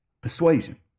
persuasion